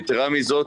יתרה מזאת,